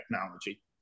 technology